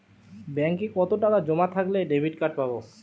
ব্যাঙ্কে কতটাকা জমা থাকলে ডেবিটকার্ড পাব?